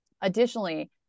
Additionally